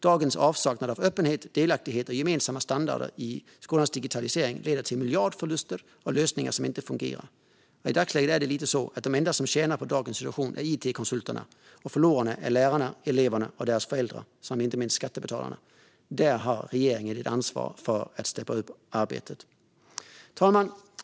Dagens avsaknad av öppenhet, delaktighet och gemensamma standarder i skolans digitalisering leder till miljardförluster och lösningar som inte fungerar. I dagsläget är det lite så att de enda som tjänar på dagens situation är it-konsulterna. Förlorarna är lärarna, eleverna och deras föräldrar samt inte minst skattebetalarna. Där har regeringen ett ansvar för att steppa upp arbetet. Fru talman!